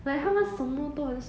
mm